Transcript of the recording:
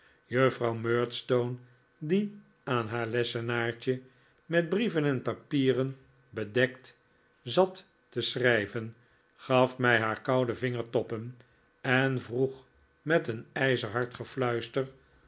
juffrouw murdstone die aan haar lessenaartje met brieven en papieren bedekt zat te schrijven gaf mij haar koude vingertoppen en vroeg met een ijzerhard gefluister